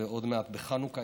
ועוד מעט בחנוכה,